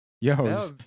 Yo